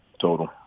total